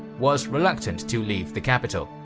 was reluctant to leave the capital,